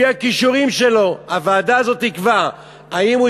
לפי הכישורים שלו הוועדה הזאת תקבע אם הוא